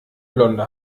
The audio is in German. blonde